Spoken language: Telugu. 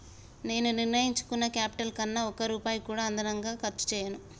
నేను నిర్ణయించుకున్న క్యాపిటల్ కన్నా ఒక్క రూపాయి కూడా అదనంగా ఖర్చు చేయను